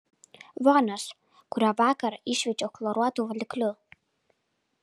vonios kurią vakar iššveičiau chloruotu valikliu